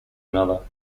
another